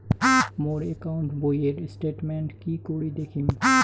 মোর account বইয়ের statement কি করি দেখিম?